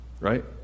Right